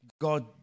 God